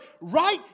right